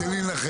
תן לי לנחש.